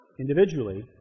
individually